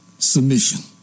Submission